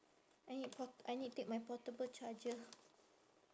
I need port~ I need take my portable charger